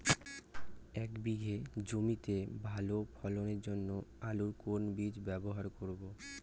এক বিঘে জমিতে ভালো ফলনের জন্য আলুর কোন বীজ ব্যবহার করব?